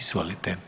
Izvolite.